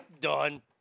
done